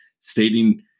stating